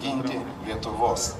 ginti lietuvos